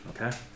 Okay